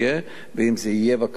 ואם זה יהיה בקיץ אז זה יהיה בקיץ.